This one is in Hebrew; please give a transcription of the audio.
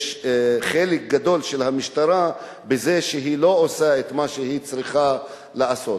חלק גדול של המשטרה בזה שהיא לא עושה את מה שהיא צריכה לעשות,